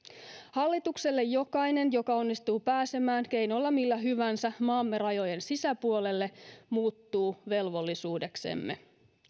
hallitukselle jokainen joka onnistuu pääsemään keinolla millä hyvänsä maamme rajojen sisäpuolelle muuttuu velvollisuudeksemme